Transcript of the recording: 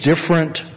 different